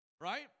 right